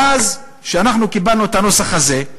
ואז, כשאנחנו קיבלנו את הנוסח הזה,